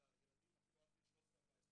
אלא ילדים עד גיל 14-13,